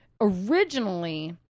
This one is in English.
Originally